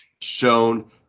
shown